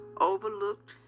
overlooked